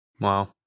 Wow